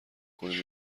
کنیم